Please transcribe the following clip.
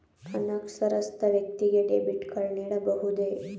ಅನಕ್ಷರಸ್ಥ ವ್ಯಕ್ತಿಗೆ debit card ನೀಡಬಹುದೇ?